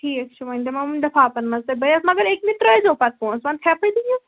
ٹھیک چھو وۄںۍ بہٕ لِفافن منز تہِ بییہِ ٲس مگر أکۍمہِ ترٲزیو پَتہٕ پونسہٕ وۄںۍ ژھیپہٕ دِیو